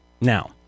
Now